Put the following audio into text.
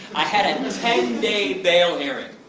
i had a ten day bail hearing!